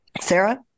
Sarah